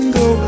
go